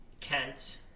kent